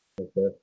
Okay